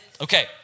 Okay